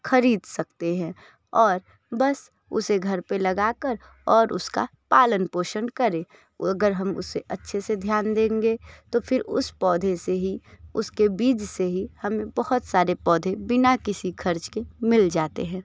खरीद सकते हैं और बस उसे घर पर लगाकर और उसका पालन पोषण करें अगर हम उसे अच्छे से ध्यान देंगे तो फिर उस पौधे से ही उसके बीज से ही हमें बहुत सारे पौधे बिना किसी खर्च के मिल जाते हैं